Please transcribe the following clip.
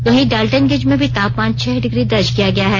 वहीं डाल्टनगंज में भी तापमान छह डिग्री दर्ज किया गया है